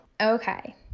okay